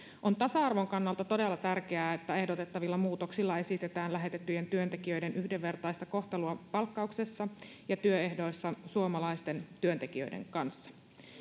on tasa arvon kannalta todella tärkeää että ehdotettavilla muutoksilla esitetään lähetettyjen työntekijöiden yhdenvertaista kohtelua palkkauksessa ja työehdoissa suomalaisten työntekijöiden kanssa